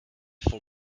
for